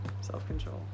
Self-control